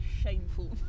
shameful